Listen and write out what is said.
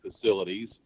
facilities